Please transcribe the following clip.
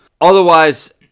Otherwise